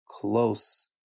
close